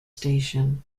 station